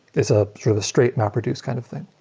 it's ah sort of the straight mapreduce kind of thing.